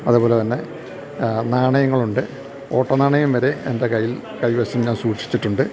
അതേപോലെതന്നെ നാണയങ്ങളുണ്ട് ഓട്ടനാണയം വരെയെൻ്റെ കയ്യിൽ കൈവശം ഞാൻ സൂക്ഷിച്ചിട്ടുണ്ട്